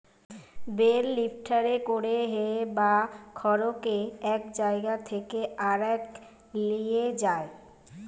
bell লিফ্টারে করে hay বা খড়কে এক জায়গা থেকে আরেক লিয়ে যায়